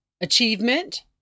achievement